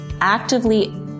actively